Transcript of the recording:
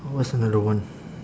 what's another one